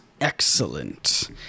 excellent